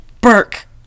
Burke